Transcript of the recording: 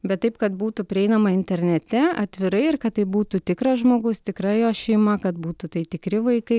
bet taip kad būtų prieinama internete atvirai ir kad tai būtų tikras žmogus tikra jo šeima kad būtų tai tikri vaikai